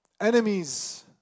Enemies